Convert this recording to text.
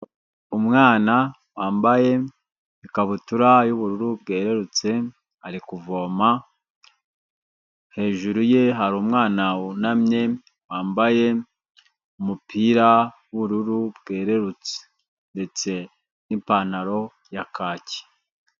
Umwana wambaye ikabutura y'ubururu bwerurutse, ari kuvoma, hejuru ye hari umwana wunamye, wambaye umupira w'ubururu bwererutse ndetse n'ipantaro ya kaki.